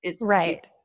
Right